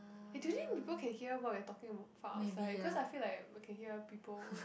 eh do you think people can hear what we are talking about outside cause I feel like we can hear people